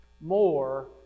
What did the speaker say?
More